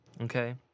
Okay